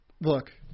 Look